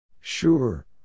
Sure